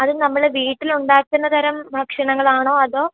അത് നമ്മൾ വീട്ടിൽ ഉണ്ടാക്കുന്ന തരം ഭക്ഷണങ്ങൾ ആണോ അതോ